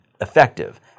effective